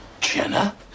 Jenna